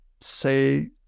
say